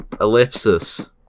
Ellipsis